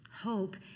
hope